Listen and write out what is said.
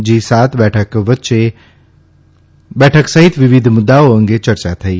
જી સાત બેઠક સહિત વિવિધ મુદ્દાઓ અંગે ચર્ચા થઇ